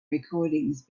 recordings